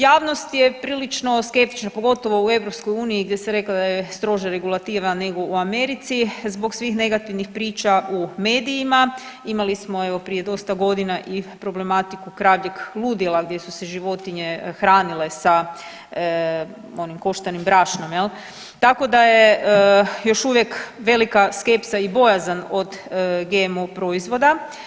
Javnost je prilično skeptična, pogotovo u EU gdje sam rekla da je stroža regulativa nego u Americi, zbog svih negativnih priča u medijima, imali smo evo, prije dosta godina i problematiku kravljeg ludila gdje su se životinje hranile sa onim koštanim brašnom, je li, tako da je još uvijek velika skepsa i bojazan od GMO proizvoda.